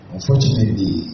Unfortunately